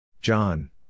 John